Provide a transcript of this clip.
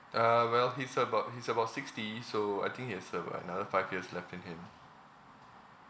uh well he's about he's about sixty so I think he has about another five years left in him